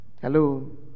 Hello